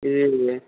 లేదులే